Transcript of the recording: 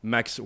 Max